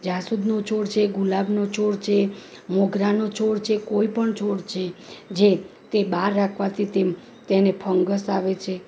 જાસૂદનું છોડ છે ગુલાબનું છોડ છે મોગરાનું છોડ છે કોઈપણ છોડ છે જે તે બહાર રાખવાથી તેમ તેને ફંગસ આવે છે